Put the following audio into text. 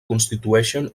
constitueixen